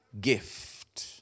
gift